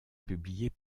publié